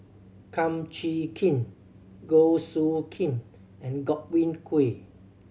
Kum Chee Kin Goh Soo Khim and Godwin Koay